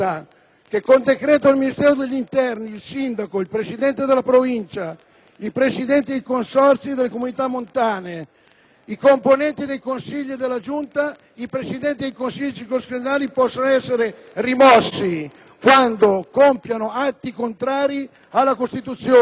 «Con decreto del Ministro dell'interno il sindaco, il presidente della provincia, i presidenti dei consorzi e delle comunità montane, i componenti dei consigli e delle giunte, i presidenti dei consigli circoscrizionali possono essere rimossi quando compiano atti contrari alla Costituzione